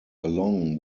along